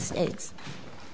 states